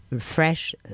Fresh